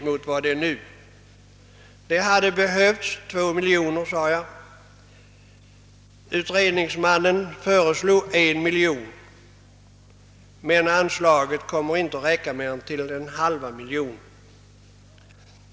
Jag sade att det hade behövts 2 miljoner kronor. Utredningsmannen föreslog 1 miljon, men anslaget kommer inte att räcka till mer än en halv miljon för detta ändamål.